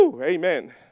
Amen